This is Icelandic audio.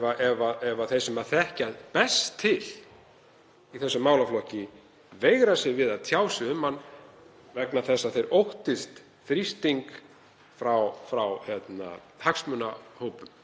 ef þeir sem þekkja best til í þessum málaflokki veigra sér við að tjá sig um hann vegna þess að þeir óttist þrýsting frá hagsmunahópum